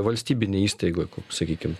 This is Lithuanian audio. valstybinėj įstaigoj sakykim